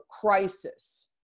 crisis